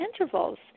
intervals